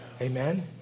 Amen